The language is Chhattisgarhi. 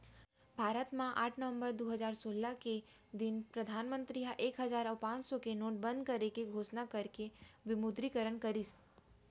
भारत म आठ नवंबर दू हजार सोलह के दिन परधानमंतरी ह एक हजार अउ पांच सौ रुपया के नोट बंद करे के घोसना करके विमुद्रीकरन करिस